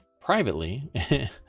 privately